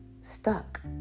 stuck